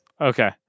Okay